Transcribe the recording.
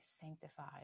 sanctified